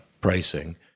pricing